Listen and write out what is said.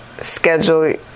schedule